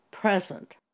Present